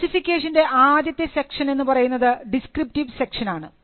സ്പെസിഫിക്കേഷൻറെ ആദ്യത്തെ സെക്ഷൻ എന്ന് പറയുന്നത് ഡിസ്ക്രിപ്റ്റീവ് സെക്ഷൻ ആണ്